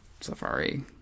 safari